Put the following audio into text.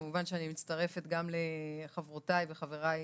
כמובן שאני מצטרפת גם לחברותיי וחבריי